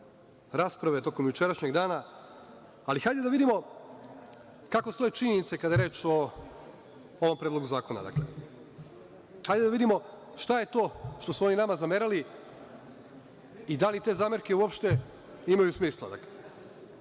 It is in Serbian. rasprave, tokom jučerašnjeg dana, ali hajde da vidimo kako stoje činjenice kada je reč o ovom Predlogu zakona. Hajde da vidimo šta je to što su oni nama zamerali i da li te zamerke uopšte imaju smisla.Zaštitu